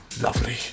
Lovely